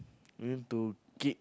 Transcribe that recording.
no need to get